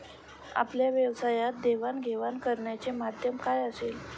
आपल्या व्यवसायात देवाणघेवाण करण्याचे माध्यम काय असेल?